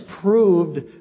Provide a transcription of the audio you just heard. proved